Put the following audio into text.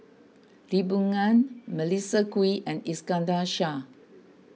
Lee Boon Ngan Melissa Kwee and Iskandar Shah